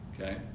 okay